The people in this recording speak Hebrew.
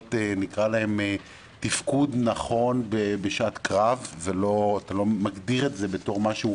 כפעולות של תפקוד נכון בשעת קרב ולא מגדיר את זה כמשהו